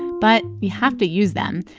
but you have to use them.